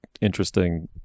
interesting